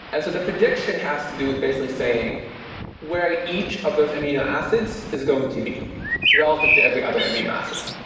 and so the prediction has to do with basically saying where each of those amino acids is going to be relative to every other amino acid.